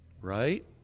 Right